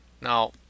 now